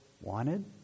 wanted